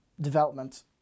development